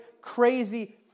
crazy